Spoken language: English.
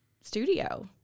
studio